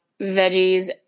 veggies